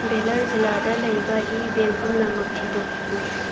ꯚꯦꯂꯔ ꯖꯤꯂꯥꯗ ꯂꯩꯕ ꯏ ꯕꯦꯡ ꯄꯨꯝꯅꯃꯛ ꯊꯤꯗꯣꯛꯎ